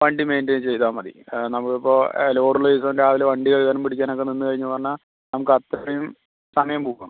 വണ്ടി മെയിൻ്റയിൻ ചെയ്താൽമതി നമുക്ക് ഇപ്പോൾ ലോഡുള്ള ദിവസം രാവിലെ വണ്ടി കഴുകാനും പിടിക്കാനും ഒക്കെ നിന്ന് കയിഞ്ഞു എന്ന് പറഞ്ഞാൽ നമുക്ക് അത്രയും സമയം പോകും